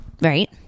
Right